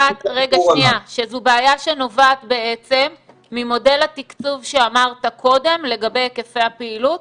שזו בעיה שנובעת בעצם ממודל התקצוב שאמרת קודם לגבי היקפי הפעילות?